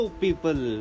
people